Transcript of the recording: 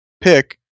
pick